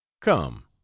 come